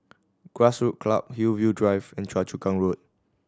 Grassroot Club Hillview Drive and Choa Chu Kang Road